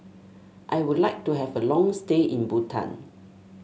I would like to have a long stay in Bhutan